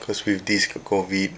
because with this COVID